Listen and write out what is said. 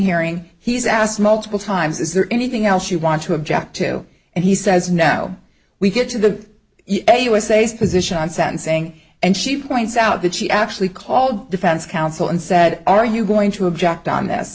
hearing he's asked multiple times is there anything else you want to object to and he says now we get to the u s a s position on sentencing and she points out that she actually called defense counsel and said are you going to object on th